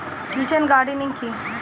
Kitchen gardening কি?